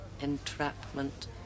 entrapment